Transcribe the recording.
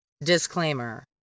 disclaimer